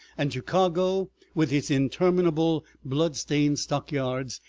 and chicago with its interminable blood-stained stockyards,